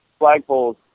flagpoles